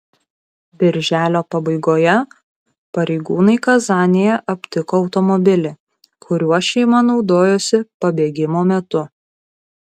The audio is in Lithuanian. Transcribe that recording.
birželio pabaigoje pareigūnai kazanėje aptiko automobilį kuriuo šeima naudojosi pabėgimo metu